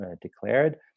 declared